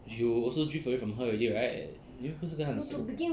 you also drift away from her already right 你又不是跟她很熟